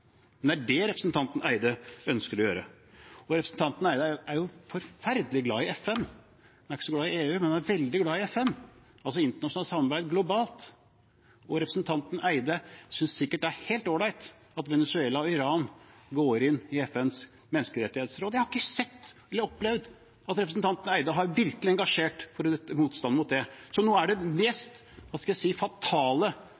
men det er det representanten Eide ønsker å gjøre. Representanten Eide er jo forferdelig glad i FN. Han er ikke så glad i EU, men han er veldig glad i FN, altså internasjonalt samarbeid globalt. Og representanten Eide synes sikkert det er helt ålreit at Venezuela og Iran går inn i FNs menneskerettighetsråd. Jeg har ikke sett eller opplevd at representanten Eide virkelig har engasjert seg for å yte motstand mot det, som er